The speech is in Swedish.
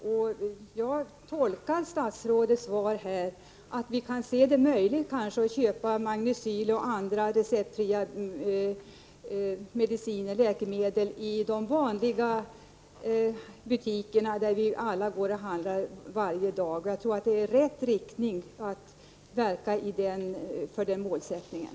Jag tolkar statsrådets svar så att vi kan få möjlighet att köpa Magnecyl och andra receptfria läkemedel i de vanliga butikerna där vi alla går och handlar varje dag. Jag tror att det är en åtgärd i rätt riktning att verka för den målsättningen.